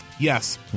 Yes